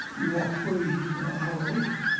you walk free you know an hour later.